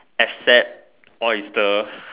except oyster